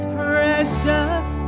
precious